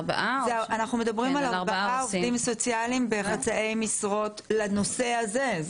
אנחנו מדברים על ארבעה עובדים סוציאליים בחצאי משרות לנושא הזה.